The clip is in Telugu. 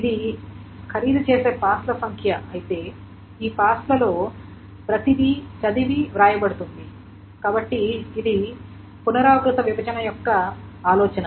ఇది ఖరీదు చేసే పాస్ల సంఖ్య అయితే ఈ పాస్ లలో ప్రతిదీ చదివి వ్రాయబడుతుంది కాబట్టి ఇది పునరావృత విభజన యొక్క ఆలోచన